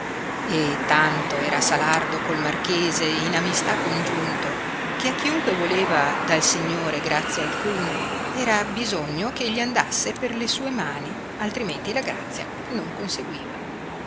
e tanto era salardo col marchese in amistà congiunto che a chiunque voleva dal signore grazia alcuna era bisogno che egli andasse per le sue mani altrimenti la grazia non conseguiva